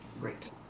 Great